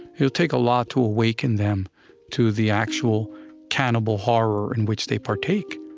it'll take a lot to awaken them to the actual cannibal horror in which they partake.